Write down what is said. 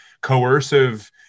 coercive